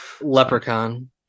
Leprechaun